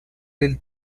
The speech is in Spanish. del